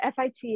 FIT